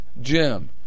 Jim